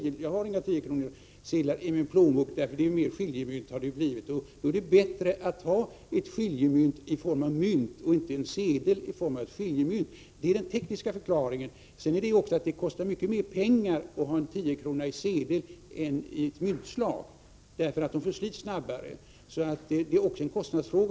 Jag har inga 10-kronorssedlar i min plånbok, eftersom det är skiljemynt. Det är bättre att ha ett skiljemynt i form av mynt än att ha en sedel som skiljemynt. Detta är den tekniska förklaringen. Sedan tillkommer att det kostar mycket mer pengar att ha en tiokrona i sedelform än i ett myntslag. Sedlar förslits snabbare, så det är också en kostnadsfråga.